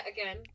again